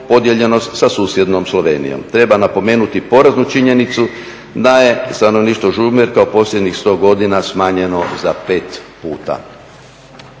podijeljenost sa susjednom Slovenijom. Treba napomenuti poraznu činjenicu da je stanovništvo Žumberka u posljednjih 100 godina smanjeno za pet puta.